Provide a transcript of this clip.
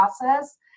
process